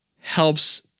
helps